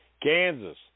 Kansas